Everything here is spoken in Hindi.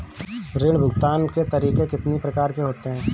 ऋण भुगतान के तरीके कितनी प्रकार के होते हैं?